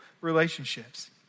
relationships